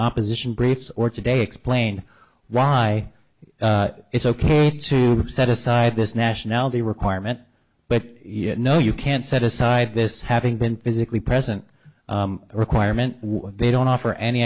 opposition briefs or today explain why it's ok to set aside this nationality requirement but you know you can't set aside this having been physically present requirement they don't offer any